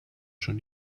schon